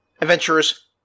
Adventurers